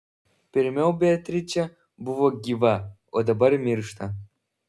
pirmiau beatričė buvo gyva o dabar miršta